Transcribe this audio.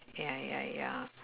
ya ya ya